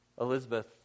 Elizabeth